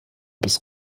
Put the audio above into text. bis